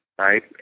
right